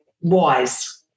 wise